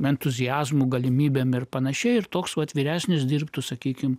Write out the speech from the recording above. entuziazmo galimybėm ir pan ir toks atviresnis dirbtų sakykime